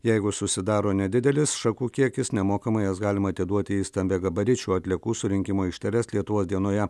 jeigu susidaro nedidelis šakų kiekis nemokamai jas galima atiduoti į stambiagabaričių atliekų surinkimo aikšteles lietuvos dienoje